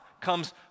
comes